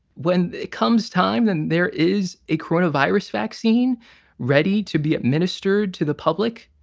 when it comes time and there is a coronavirus vaccine ready to be administered to the public,